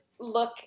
look